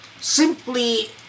simply